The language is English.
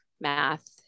math